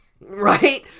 right